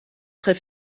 très